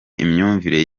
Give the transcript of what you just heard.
imyumvire